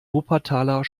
wuppertaler